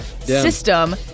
system